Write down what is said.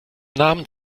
namen